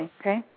okay